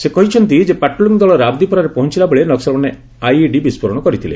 ସେ କହିଛନ୍ତି ଯେ ପାଟ୍ରୋଲିଂ ଦଳ ରାବ୍ଦିପରାରେ ପହଞ୍ଚିଲାବେଳେ ନକ୍କଲମାନେ ଆଇଇଡି ବିସ୍ଫୋରଣ କରିଥିଲେ